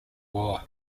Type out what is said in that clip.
war